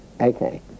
Okay